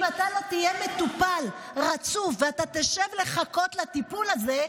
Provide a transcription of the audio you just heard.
אם אתה לא תהיה מטופל רצוף ואתה תשב לחכות לטיפול הזה,